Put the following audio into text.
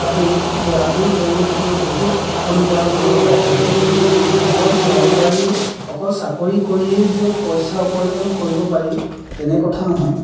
আদিত জ আদিৰ জৰিয়তেও বহুত ধন উপাৰ্জন কৰিব পাৰে চোন অকল চৰকাৰী অকল চাকৰি কৰিয়েই যে পইচা উপাৰ্জন কৰিব পাৰি তেনে কথা নহয়